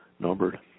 Numbered